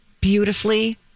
beautifully